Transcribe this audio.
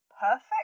perfect